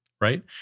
right